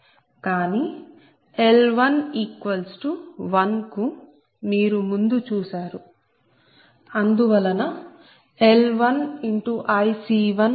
0 కు మీరు ముందు చూశారు అందువలన L1IC14